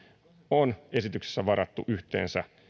on esityksessä varattu yhteensä